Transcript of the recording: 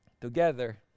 together